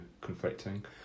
conflicting